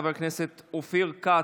חבר הכנסת אופיר כץ,